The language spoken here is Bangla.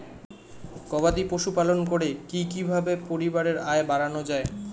গবাদি পশু পালন করে কি কিভাবে পরিবারের আয় বাড়ানো যায়?